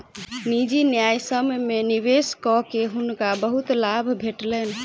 निजी न्यायसम्य में निवेश कअ के हुनका बहुत लाभ भेटलैन